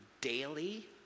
daily